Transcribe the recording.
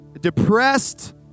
depressed